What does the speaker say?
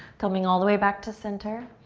coming all the way back to center.